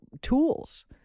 tools